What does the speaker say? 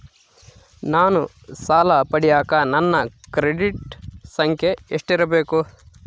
ನಾನು ಸಾಲ ಪಡಿಯಕ ನನ್ನ ಕ್ರೆಡಿಟ್ ಸಂಖ್ಯೆ ಎಷ್ಟಿರಬೇಕು?